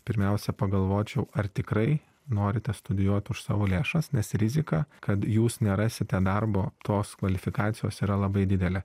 pirmiausia pagalvočiau ar tikrai norite studijuot už savo lėšas nes rizika kad jūs nerasite darbo tos kvalifikacijos yra labai didelė